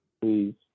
Please